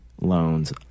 loans